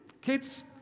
Kids